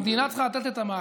המדינה צריכה לתת את המעטפת.